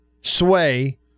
sway